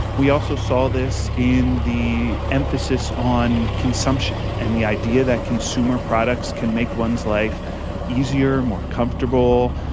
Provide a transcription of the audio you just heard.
we also saw this in the emphasis on consumption and the idea that consumer products can make one's life easier, more comfortable.